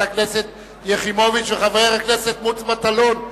הכנסת יחימוביץ ולחבר הכנסת מוץ מטלון,